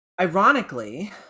ironically